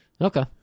Okay